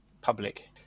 public